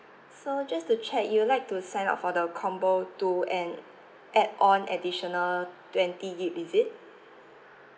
so just to check you would like to sign up for the combo two and add on additional twenty gig is it